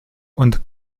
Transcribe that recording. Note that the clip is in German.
und